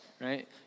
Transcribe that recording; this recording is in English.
right